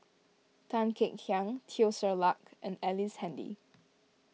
Tan Kek Hiang Teo Ser Luck and Ellice Handy